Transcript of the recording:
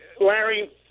Larry